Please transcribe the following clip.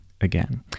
again